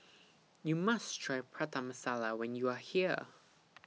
YOU must Try Prata Masala when YOU Are here